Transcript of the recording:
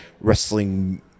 wrestling